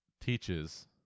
teaches